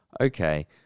okay